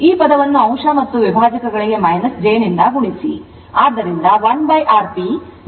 ಈ ಪದವನ್ನು ಅಂಶ ಮತ್ತು ವಿಭಾಜಕಗಳಿಗೆ j ನಿಂದ ಗುಣಿಸಿ